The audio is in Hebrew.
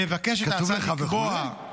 מבקשת ההצעה לקבוע --- כתוב לך "וכו'"?